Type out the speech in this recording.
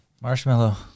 marshmallow